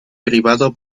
privado